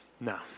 No